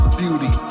beauty